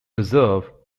reserve